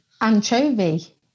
Anchovy